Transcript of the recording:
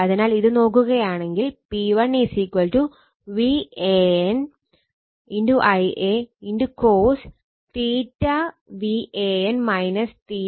അതിനാൽ ഇത് നോക്കുകയാണെങ്കിൽ P1 VAN Ia cos VAN എന്നത് 0 ആണ്